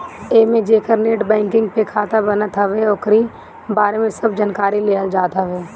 एमे जेकर net banking पे खाता बनत हवे ओकरी बारे में सब जानकारी लेहल जात हवे